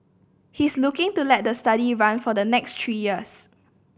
he is looking to let the study run for the next three years